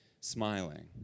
smiling